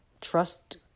trust